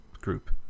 group